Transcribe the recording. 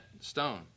stone